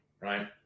right